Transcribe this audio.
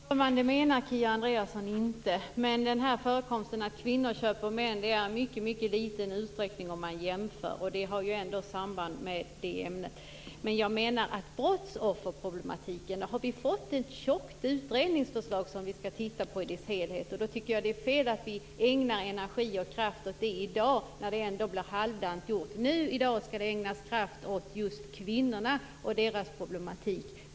Fru talman! Det menar Kia Andreasson inte. Men detta att kvinnor köper män förekommer i mycket liten utsträckning om man jämför. Det har ju ändå ett samband med det här ämnet. Vi har fått ett tjockt utredningsmaterial om brottsofferproblemen som vi skall titta på i dess helhet. Då tycker jag att det är fel att vi ägnar energi och kraft åt det i dag. Då blir det halvdant gjort. I dag skall det ägnas kraft åt kvinnorna och deras problem.